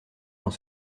dans